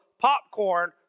popcorn